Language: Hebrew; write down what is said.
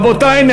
רבותי,